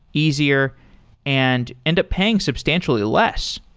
easier and end up paying substantially less.